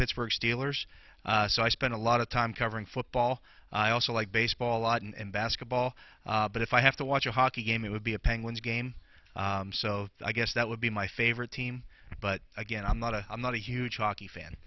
pittsburgh steelers so i spend a lot of time covering football i also like baseball and basketball but if i have to watch a hockey game it would be a penguins game so i guess that would be my favorite team but again i'm not a i'm not a huge hockey fan